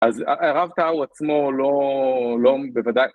אז הרב טאו עצמו, לא, בוודאי